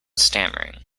stammering